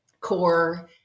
core